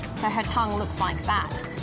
her tongue looks like that.